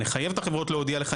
נחייב את החברות להודיע לך,